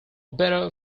better